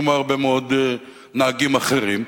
כמו הרבה מאוד נהגים אחרים.